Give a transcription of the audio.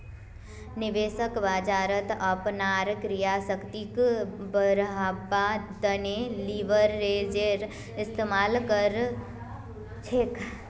निवेशक बाजारत अपनार क्रय शक्तिक बढ़व्वार तने लीवरेजेर इस्तमाल कर छेक